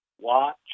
watch